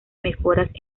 mejoras